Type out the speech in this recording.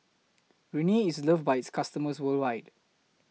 Rene IS loved By its customers worldwide